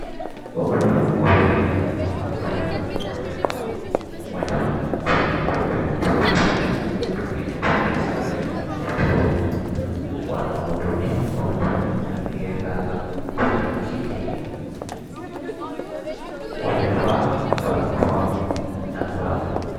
Wahudumu wawili wa afya ya meno, mmoja kwenye koti jeupe, mwingine kwenye sare ya blue . Wanamhudumia mgonjwa aliyelala kwenye kiti. Wamevaa barakoa na glavu.